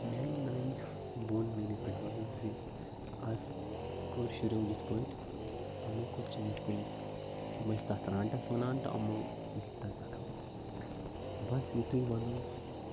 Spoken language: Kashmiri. میانہِ نانہِ ووٚن میٲنِس بٕڈۍبَبَس زِ اَز کوٚر شُرٮ۪و یِتھ پٲٹھۍ یِمو کوٚر ژوٗنٛٹھۍ کُلِس یِم ٲسۍ تَتھ رانٛٹَس وَنان تہٕ یِمو دِتۍ تَتھ زَخٕم بَس یُتُے وَنُن